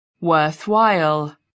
Worthwhile